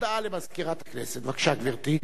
הודעה למזכירת הכנסת, בבקשה, גברתי.